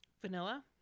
Vanilla